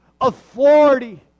authority